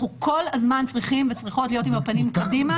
אנחנו כל הזמן צריכים וצריכות להיות עם הפנים קדימה.